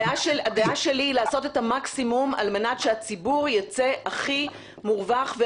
הדעה שלי היא לעשות את המקסימום על מנת שהציבור ייצא הכי מורווח,